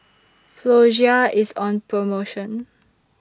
Floxia IS on promotion